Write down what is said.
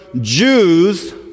Jews